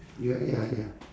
ya ya ya